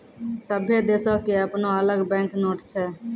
सभ्भे देशो के अपनो अलग बैंक नोट छै